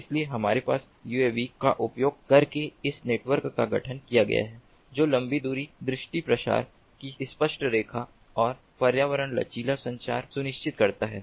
इसलिए हमारे पास यूएवी का उपयोग करके इस नेटवर्क का गठन किया गया है जो लंबी दूरी दृष्टि प्रसार की स्पष्ट रेखा और पर्यावरण लचीला संचार सुनिश्चित करता है